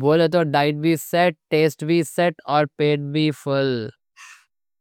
بولے تو ڈائیٹ بھی سیٹ، ٹیسٹ بھی سیٹ، اور پیٹ بھی فل۔